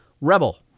Rebel